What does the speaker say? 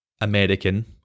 American